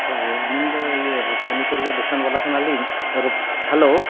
ᱦᱳᱭ ᱟᱹᱞᱤᱧ ᱫᱚ ᱤᱭᱟᱹ ᱯᱚᱱᱤ ᱯᱚᱨᱤᱵᱟᱨ ᱫᱚᱠᱟᱱ ᱵᱟᱞᱟ ᱠᱟᱱᱟᱞᱤᱧ ᱦᱮᱞᱳ